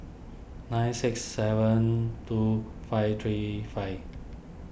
nine six seven two five three five